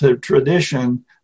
tradition